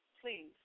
please